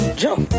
jump